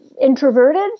introverted